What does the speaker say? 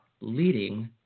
leading